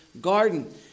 garden